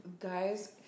Guys